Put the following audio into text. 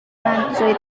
matsui